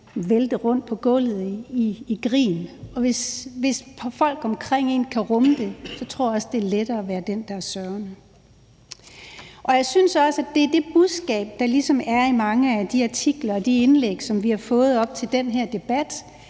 vælte rundt på gulvet i grin. Og hvis folk omkring en kan rumme det, tror jeg også, det er lettere at være den, der er sørgende. Jeg synes også, det er det budskab, der ligesom er i mange af de artikler og de indlæg, som vi har fået op til den her debat,